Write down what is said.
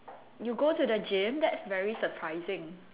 you go to the gym that's very surprising